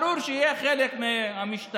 ברור שיהיה חלק במשטרה,